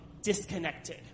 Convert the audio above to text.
disconnected